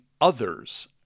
others